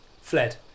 fled